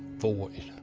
void.